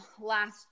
last